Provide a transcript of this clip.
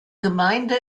gemeinde